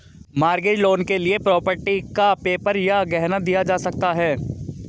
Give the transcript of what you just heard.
mortgage loan के लिए property का पेपर या गहना दिया जा सकता है